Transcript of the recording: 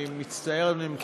אני מצטער, אני מוכן להמתין.